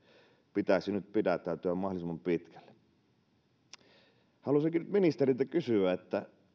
pitäisi nyt pidättäytyä mahdollisimman pitkälle haluaisinkin nyt ministeriltä kysyä